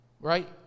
right